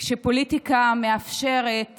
וכשפוליטיקה מאפשרת